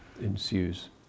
ensues